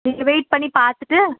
நீங்கள் வெயிட் பண்ணி பார்த்துட்டு